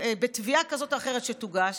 ובתביעה כזאת או אחרת שתוגש,